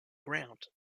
ground